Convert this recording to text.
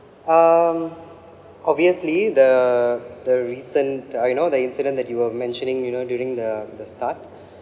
um obviously the the recent uh you know the incident that you were mentioning you know during the the start